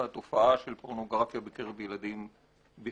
והתופעה של פורנוגרפיה בקרב ילדים בפרט.